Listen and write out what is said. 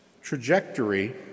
trajectory